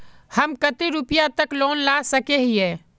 हम कते रुपया तक लोन ला सके हिये?